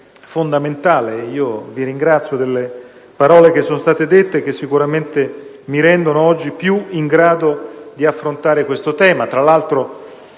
fondamentale, e io vi ringrazio delle parole che sono state dette e che sicuramente mi rendono oggi maggiormente in grado di affrontare questo tema, tra l'altro,